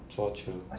卓球